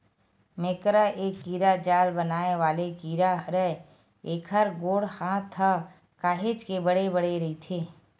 मेकरा ए कीरा जाल बनाय वाले कीरा हरय, एखर गोड़ हात ह काहेच के बड़े बड़े रहिथे